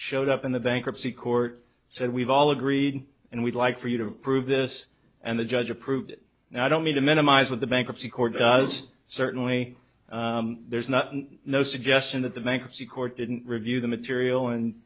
showed up in the bankruptcy court so we've all agreed and we'd like for you to prove this and the judge approved it and i don't mean to minimize what the bankruptcy court does certainly there's nothing no suggestion that the bankruptcy court didn't review the material and